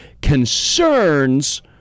concerns